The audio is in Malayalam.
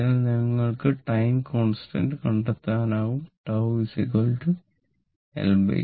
അതിനാൽ നിങ്ങൾക്ക് ടൈം കോൺസ്റ്റന്റ് കണ്ടെത്താനും കഴിയും τ LR